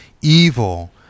evil